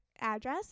address